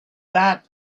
that